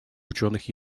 ученых